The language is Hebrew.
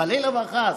חלילה וחס,